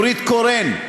נורית קורן,